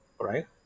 Right